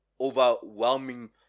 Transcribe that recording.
overwhelming